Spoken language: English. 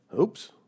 Oops